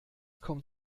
kommt